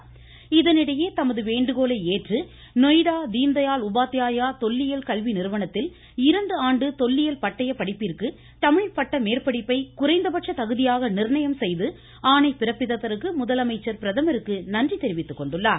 முதலமைச்சர் நன்றி இதனிடையே தமது வேண்டுகோளை ஏற்று நொய்டா தீன் தயாள் உபாத்யாயா தொல்லியல் கல்வி நிறுவனத்தில் இரண்டு ஆண்டு தொல்லியல் பட்டய படிப்பிற்கு தமிழ் பட்ட மேற்படிப்பை குறைந்த பட்ச தகுதியாக நிர்ணயம் செய்து ஆணை பிறப்பித்ததற்கு முதலமைச்சர் பிரதமருக்கு நன்றி தெரிவித்துக்கொண்டிருக்கிறார்